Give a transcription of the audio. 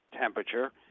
temperature